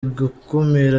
gukumira